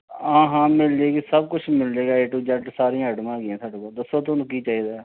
ਹਾਂ ਹਾਂ ਮਿਲ ਜਾਵੇਗੀ ਸਭ ਕੁਛ ਮਿਲ ਜਾਵੇਗਾ ਏ ਟੂ ਜੈਡ ਸਾਰੀਆਂ ਆਈਟਮਾਂ ਹੈਗੀਆਂ ਸਾਡੇ ਕੋਲ ਦੱਸੋ ਤੁਹਾਨੂੰ ਕੀ ਚਾਹੀਦਾ